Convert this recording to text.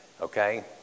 okay